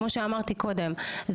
כמו שאמרתי קודם,